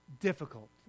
difficult